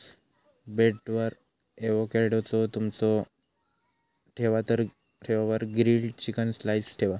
ब्रेडवर एवोकॅडोचे तुकडे ठेवा वर ग्रील्ड चिकन स्लाइस ठेवा